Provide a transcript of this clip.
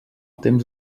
temps